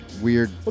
weird